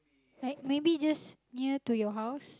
like maybe just near to your house